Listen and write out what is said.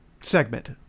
segment